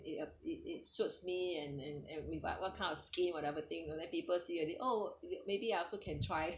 it uh it it suits me and and every but what kind of skin whatever thing and then people see already oh maybe I also can try